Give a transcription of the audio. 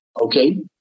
Okay